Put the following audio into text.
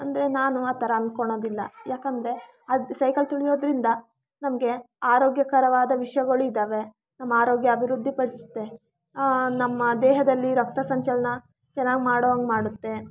ಅಂದರೆ ನಾನು ಆ ಥರ ಅನ್ಕೊಳ್ಳೋದಿಲ್ಲ ಯಾಕೆಂದ್ರೆ ಅದು ಸೈಕಲ್ ತುಳಿಯೋದ್ರಿಂದ ನಮಗೆ ಆರೋಗ್ಯಕರವಾದ ವಿಷಯಗಳು ಇದ್ದಾವೆ ನಮ್ಮ ಆರೋಗ್ಯ ಅಭಿವೃದ್ಧಿ ಪಡಿಸತ್ತೆ ನಮ್ಮ ದೇಹದಲ್ಲಿ ರಕ್ತ ಸಂಚಲನ ಚೆನ್ನಾಗಿ ಮಾಡೊ ಹಾಗೆ ಮಾಡುತ್ತೆ